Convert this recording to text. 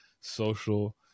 social